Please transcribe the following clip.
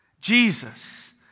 Jesus